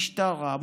משטרה,